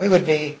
we would be